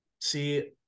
See